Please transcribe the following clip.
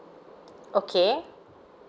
okay